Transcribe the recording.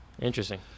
Interesting